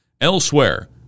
Elsewhere